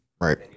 Right